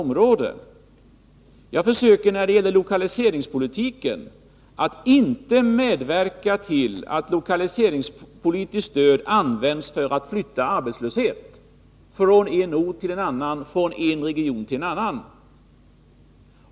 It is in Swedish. Jag försöker, när Måndagen den det gäller lokaliseringspolitiken, att inte medverka till att lokaliseringspoli 2 maj 1983 tiskt stöd används för att flytta arbetslöshet från en ort till en annan, från en region till en annan.